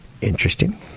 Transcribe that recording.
Interesting